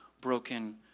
broken